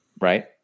Right